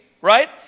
right